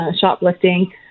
shoplifting